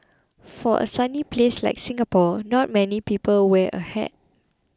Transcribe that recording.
for a sunny place like Singapore not many people wear a hat